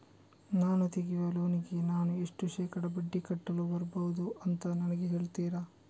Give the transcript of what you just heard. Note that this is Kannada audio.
ನಾನು ತೆಗಿಯುವ ಲೋನಿಗೆ ನಾನು ಎಷ್ಟು ಶೇಕಡಾ ಬಡ್ಡಿ ಕಟ್ಟಲು ಬರ್ಬಹುದು ಅಂತ ನನಗೆ ಹೇಳ್ತೀರಾ?